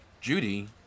Judy